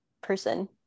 person